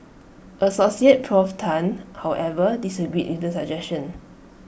associate Prof Tan however disagreed with the suggestion